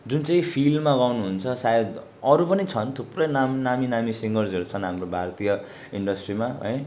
जुन चाहिँ फिलमा गाउनुहुन्छ सायद अरू पनि छन् थुप्रै नाम नामी नामी सिङ्गर्सहरू छन् हाम्रो भारतीय इन्डस्ट्रीमा है